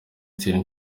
thierry